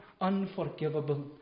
unforgivable